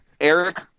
Eric